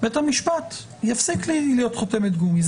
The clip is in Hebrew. בית המשפט יפסיק להיות חותמת גומי.